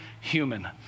human